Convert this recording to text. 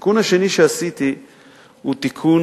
התיקון השני שעשיתי הוא תיקון